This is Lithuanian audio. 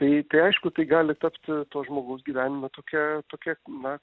tai tai aišku tai gali tapti to žmogaus gyvenime tokia tokia na